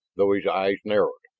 though his eyes narrowed.